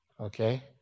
Okay